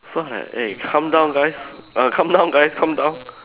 so I was like eh calm down guys err calm down guys calm down